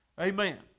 Amen